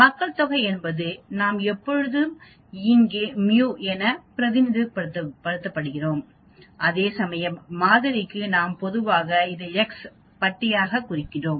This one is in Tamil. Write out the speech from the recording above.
மக்கள்தொகை என்பது நாம் எப்போதும் இங்கே μ என பிரதிநிதித்துவப்படுத்துகிறோம் அதேசமயம் மாதிரிக்கு நாம் பொதுவாக இதை எக்ஸ் பட்டியாகக் குறிக்கிறோம்